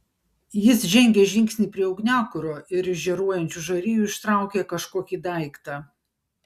jis žengė žingsnį prie ugniakuro ir iš žėruojančių žarijų ištraukė kažkokį daiktą